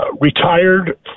retired